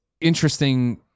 interesting